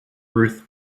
ruth